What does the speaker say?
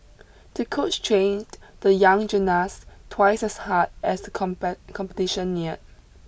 to coach trained the young gymnast twice as hard as the competition near